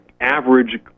average